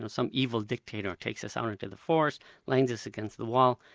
and some evil dictator takes us out into the forest, leans us against the wall,